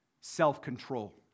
self-control